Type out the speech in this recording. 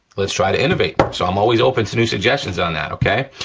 let's try to innovate. so i'm always open to new suggestions on that, okay?